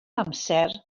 amser